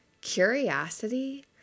Curiosity